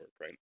right